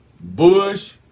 Bush